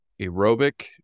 Aerobic